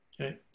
Okay